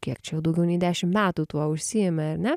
kiek daugiau nei dešim metų tuo užsiimi ar ne